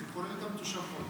זה כולל גם תושבות.